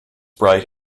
bright